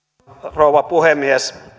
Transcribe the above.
rouva puhemies